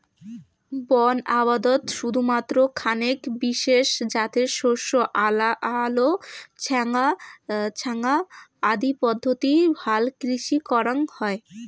বন আবদত শুধুমাত্র খানেক বিশেষ জাতের শস্য আলো ছ্যাঙা আদি পদ্ধতি হালকৃষি করাং হই